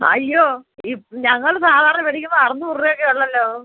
അയ്യോ ഈ ഞങ്ങൾ സാധാരണ മേടിക്കുമ്പോൾ അറുനൂറ് രൂപ ഒക്കെ ഉള്ളല്ലോ